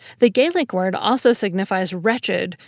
the gaelic word also signifies wretched,